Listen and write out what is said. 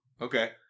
Okay